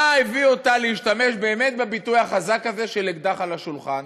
מה הביא אותה להשתמש באמת בביטוי החזק הזה של אקדח על השולחן,